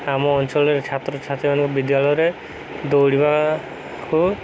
ଆମ ଅଞ୍ଚଳରେ ଛାତ୍ରଛାତ୍ରୀମାନଙ୍କୁ ବିଦ୍ୟାଳୟରେ ଦୌଡ଼ିବାକୁ